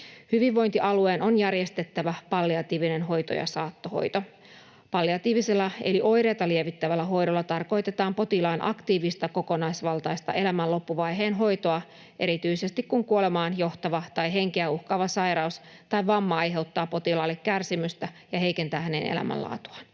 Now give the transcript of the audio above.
”Hyvinvointialueen on järjestettävä palliatiivinen hoito ja saattohoito. Palliatiivisella eli oireita lievittävällä hoidolla tarkoitetaan potilaan aktiivista kokonaisvaltaista elämän loppuvaiheen hoitoa erityisesti, kun kuolemaan johtava tai henkeä uhkaava sairaus tai vamma aiheuttaa potilaalle kärsimystä ja heikentää hänen elämänlaatuaan.